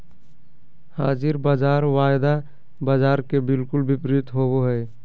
हाज़िर बाज़ार वायदा बाजार के बिलकुल विपरीत होबो हइ